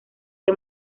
que